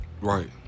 Right